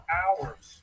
hours